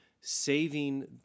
saving